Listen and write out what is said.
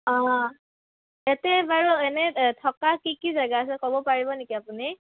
অঁ এতে বাৰু এনেই থকা কি কি জেগা আছে ক'ব পাৰিব নেকি আপুনি